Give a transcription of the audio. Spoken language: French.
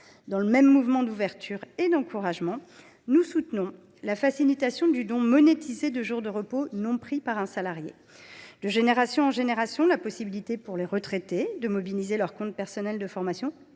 Dans le même mouvement d’ouverture et d’encouragement, nous soutenons la facilitation du don monétisé de jours de repos non pris par un salarié. De génération en génération, la possibilité pour les retraités de mobiliser leur compte personnel de formation